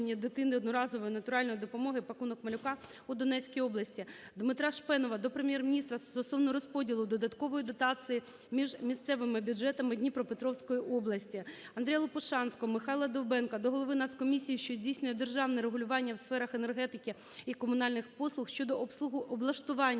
Дмитра Шпенова до Прем'єр-міністра стосовно розподілу додаткової дотації між місцевими бюджетами Дніпропетровської області. Андрія Лопушанського, Михайла Довбенка до Голови Нацкомісії, що здійснює державне регулювання у сферах енергетики і комунальних послуг щодо облаштування